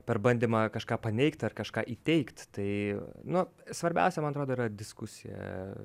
per bandymą kažką paneigt ar kažką įteigt tai nu svarbiausia man atrodo yra diskusija